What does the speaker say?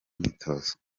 myitozo